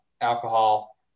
alcohol